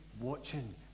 watching